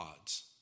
odds